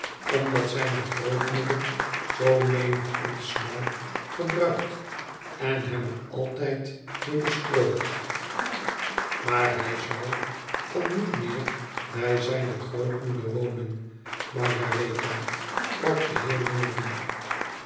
omdat zijne grootmoeder zoo menig ons snuif gebruikt en hem er altijd mee bestrooit maar hij zou dan niet meer bij zijne grootmoeder wonen margaretha sprak de